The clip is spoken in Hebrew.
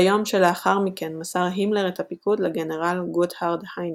ביום שלאחר מכן מסר הימלר את הפיקוד לגנרל גוטהרד היינריצי.